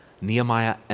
Nehemiah